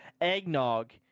Eggnog